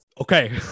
Okay